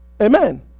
Amen